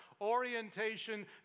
Orientation